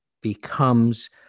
becomes